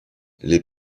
les